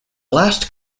last